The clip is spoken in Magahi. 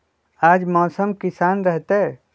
आज मौसम किसान रहतै?